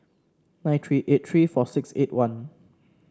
nine three eight three four six eight one